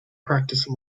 practice